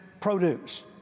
produce